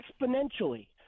exponentially